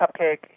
Cupcake